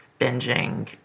binging